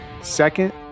Second